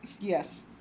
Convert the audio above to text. Yes